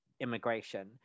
immigration